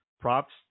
props